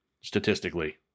statistically